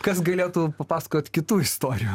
kas galėtų papasakot kitų istorijų